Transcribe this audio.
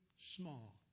small